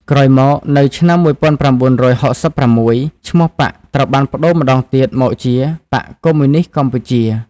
ក្រោយមកនៅឆ្នាំ១៩៦៦ ឈ្មោះបក្សត្រូវបានប្តូរម្ដងទៀតមកជា «បក្សកុម្មុយនីស្តកម្ពុជា»។